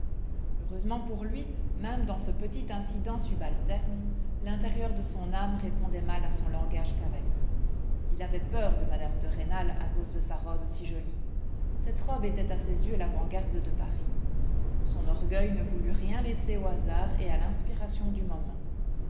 heureusement pour lui même dans ce petit incident subalterne l'intérieur de son âme répondait mal à son langage cavalier il avait peur de mme de rênal à cause de sa robe si jolie cette robe était à ses yeux l'avant-garde de paris son orgueil ne voulut rien laisser au hasard et à l'inspiration du moment